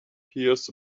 hears